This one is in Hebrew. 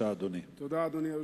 אדוני היושב-ראש,